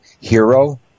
hero